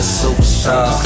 superstar